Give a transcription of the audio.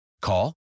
Call